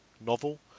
novel